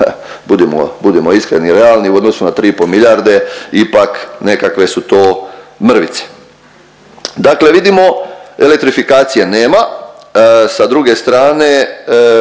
budimo iskreni, realni u odnosu na tri i pol milijarde ipak nekakve su to mrvice. Dakle, vidimo elektrifikacije nema. Sa druge strane